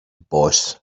boss